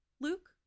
Luke